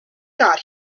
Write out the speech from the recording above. got